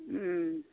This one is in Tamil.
ம்